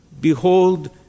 Behold